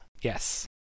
Yes